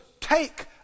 take